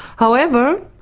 however,